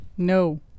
No